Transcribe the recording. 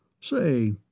Say